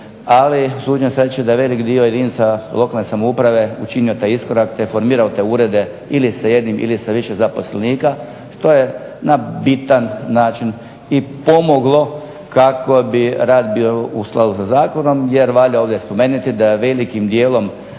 ali usuđujem se reći da je veliki dio jedinica lokalne samouprave učinio taj iskorak te formirao te urede ili sa jednim ili sa više zaposlenika što je na bitan način i pomoglo kako bi rad bio u skladu sa zakonom, jer valja ovdje spomenuti da je velikim dijelom